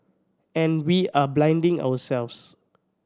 and we are blinding ourselves